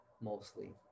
mostly